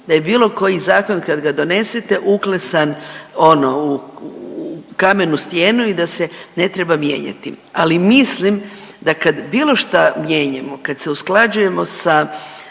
da je bilo koji zakon kada ga donesete uklesan ono u kamenu stijenu i da se ne treba mijenjati. Ali mislim da kada bilo što mijenjamo, kada se usklađujemo sa